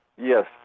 Yes